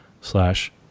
slash